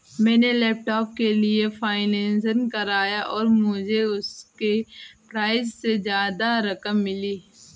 मैंने लैपटॉप के लिए फाइनेंस कराया और मुझे उसके प्राइज से ज्यादा रकम मिली